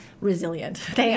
resilient